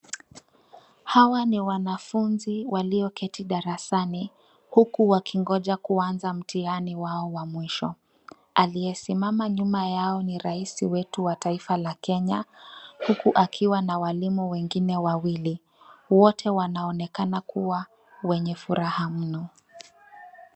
Hawa ni wanafunzi walioketi darasani huku wakingoja kuanza mtihani wao wa mwisho. Aliyesimama nyuma yao ni rais wetu wa taifa la Kenya huku akiwa na walimu wengine wawili. Wote wanaonekana kuwa wenye furaha mno.